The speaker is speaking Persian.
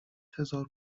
هزار